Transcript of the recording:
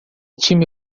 time